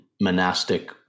monastic